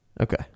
Okay